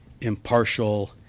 impartial